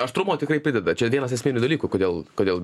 aštrumo tikrai prideda čia vienas esminių dalykų kodėl kodėl